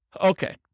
Okay